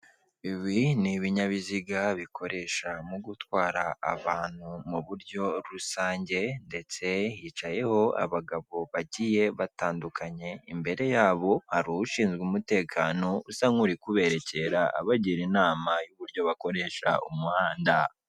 Ibi ni ibinyabiziga bikoresha mu gutwara abantu mu buryo rusange ndetse hicayeho abagabo bagiye batandukanye, imbere yabo hari ushinzwe umutekano usa nk'uri kuberekera abagira inama y'uburyo bakoresha umuhanda.